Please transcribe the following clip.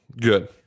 Good